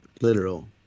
literal